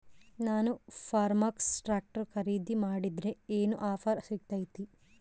ನಾನು Farmtrac tractor ಖರೇದಿ ಮಾಡಿದ್ರೆ ಏನು ಆಫರ್ ಸಿಗ್ತೈತಿ?